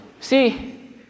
See